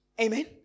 Amen